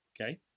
Okay